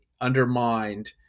undermined